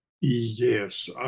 Yes